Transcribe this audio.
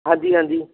ਹਾਂਜੀ ਹਾਂਜੀ